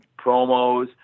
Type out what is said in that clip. promos